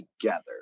together